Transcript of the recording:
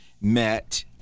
met